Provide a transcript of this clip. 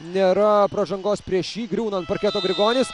nėra pražangos prieš jį griūna ant parketo grigonis